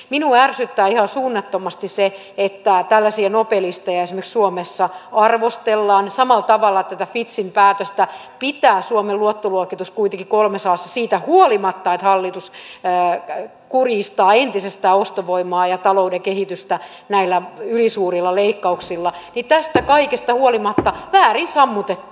minua ärsyttää ihan suunnattomasti se että tällaisia nobelisteja esimerkiksi suomessa arvostellaan samalla tavalla tätä fitchin päätöstä pitää suomen luottoluokitus kuitenkin kolmessa assa siitä huolimatta että hallitus kurjistaa entisestään ostovoimaa ja talouden kehitystä näillä ylisuurilla leikkauksilla tästä kaikesta huolimatta väärin sammutettu